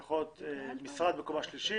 זה יכול להיות משרד בקומה שלישית,